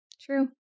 True